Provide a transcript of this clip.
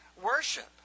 worship